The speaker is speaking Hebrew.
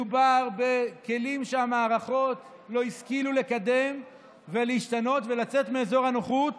מדובר בכלים שהמערכות לא השכילו לקדם ולהשתנות ולצאת מאזור הנוחות